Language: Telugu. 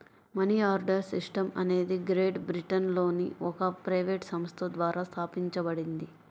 మనీ ఆర్డర్ సిస్టమ్ అనేది గ్రేట్ బ్రిటన్లోని ఒక ప్రైవేట్ సంస్థ ద్వారా స్థాపించబడింది